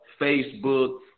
Facebook